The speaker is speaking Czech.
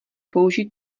použít